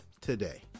today